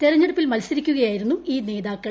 തെരഞ്ഞെടുപ്പിൽ മത്സരിക്കുക്യായിരുന്നു നേതാക്കൾ